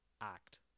act